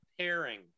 pairing